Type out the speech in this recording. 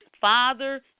Father